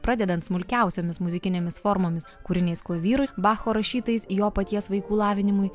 pradedant smulkiausiomis muzikinėmis formomis kūriniais klavyru bacho rašytais jo paties vaikų lavinimui